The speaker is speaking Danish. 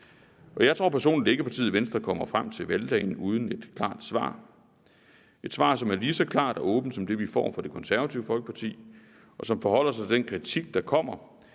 Jeg tror personligt ikke, at partiet Venstre kommer frem til valgdagen uden et klart svar, et svar, som er lige så klart og åbent som det, vi får fra Det Konservative Folkeparti, og som forholder sig til den kritik, der kommer,